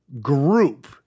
group